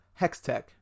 Hextech